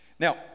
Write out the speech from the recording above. Now